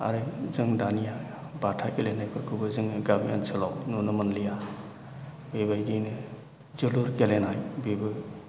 आरो जों दानिया बाथा गेलेनायफोरखौबो जोङो गामि ओनसोलाव नुनो मोनलिया बेबायदियैनो जोलुर गेलेनाय बेबो